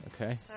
Okay